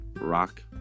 rock